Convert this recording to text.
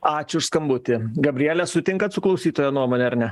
ačiū už skambutį gabriele sutinkat su klausytojo nuomone ar ne